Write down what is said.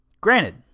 Granted